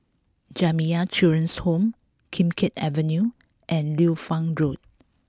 Jamiyah Children's Home Kim Keat Avenue and Liu Fang Road